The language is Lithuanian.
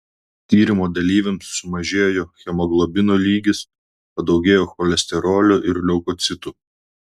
tyrimo dalyviams sumažėjo hemoglobino lygis padaugėjo cholesterolio ir leukocitų